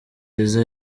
liza